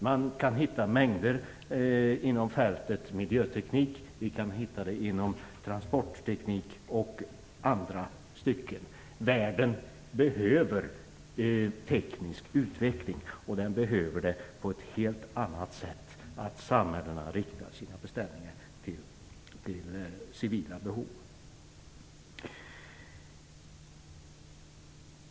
Man kan hitta mängder av behov inom fältet miljöteknik, transportteknik m.fl. Världen behöver teknisk utveckling, och den behöver det på ett helt annat sätt, nämligen att samhällena riktar sina beställningar efter civila behov.